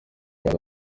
ati